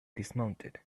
dismounted